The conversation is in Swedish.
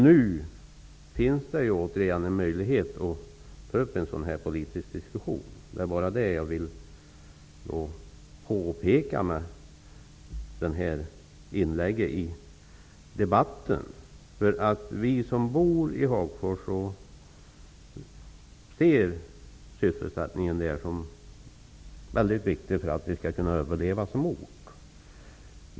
Nu finns det återigen en möjlighet att ta upp en sådan politisk diskussion. Det är det jag vill påpeka med detta inlägg i debatten. Vi som bor i Hagfors anser att sysselsättningen är viktig för att Hagfors skall överleva som ort.